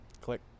click